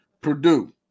Purdue